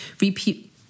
repeat